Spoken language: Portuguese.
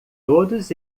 todos